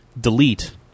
delete